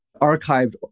archived